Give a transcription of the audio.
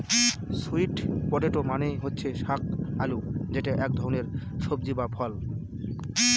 sweet potato মানে হচ্ছে শাক আলু যেটা এক ধরনের সবজি বা ফল